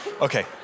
okay